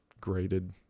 graded